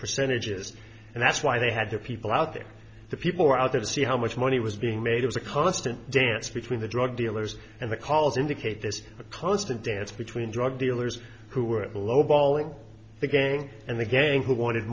percentages and that's why they had their people out there the people were out there to see how much money was being made was a constant dance between the drug dealers and the calls indicate this constant dance between drug dealers who were lowballing the gang and the gang who wanted